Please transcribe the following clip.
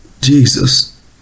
Jesus